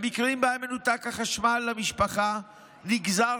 במקרים שבהם מנותק החשמל למשפחה נגזר